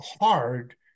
hard